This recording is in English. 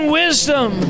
wisdom